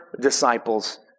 disciples